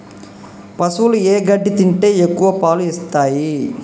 పశువులు ఏ గడ్డి తింటే ఎక్కువ పాలు ఇస్తాయి?